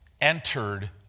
entered